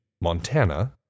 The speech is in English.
Montana